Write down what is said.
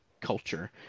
culture